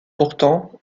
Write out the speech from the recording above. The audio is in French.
pourtant